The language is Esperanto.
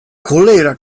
kolera